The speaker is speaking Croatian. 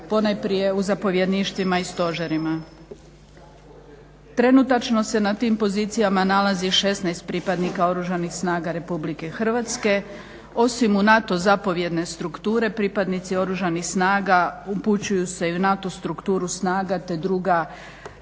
ponajprije u zapovjedništvima i stožerima. Trenutačno se na tim pozicijama nalazi 16 pripadnika Oružanih snaga Republike Hrvatske. Osim u NATO zapovjedne strukture pripadnici Oružanih snaga upućuju se i u NATO strukturu snaga, te druga